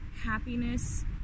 happiness